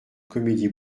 comédie